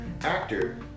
actor